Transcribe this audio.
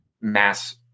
mass